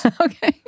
okay